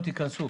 ייכנסו